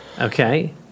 Okay